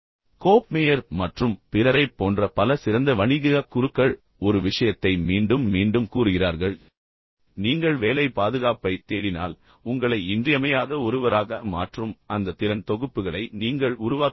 கோப் மேயர் மற்றும் பிறரைப் போன்ற பல சிறந்த வணிக குருக்கள் ஒரு விஷயத்தை மீண்டும் மீண்டும் கூறுகிறார்கள் நீங்கள் வேலை பாதுகாப்பைத் தேடினால் உங்களை இன்றியமையாத ஒருவராக மாற்றும் அந்த திறன் தொகுப்புகளை நீங்கள் உருவாக்க வேண்டும்